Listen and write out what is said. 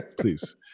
Please